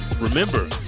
Remember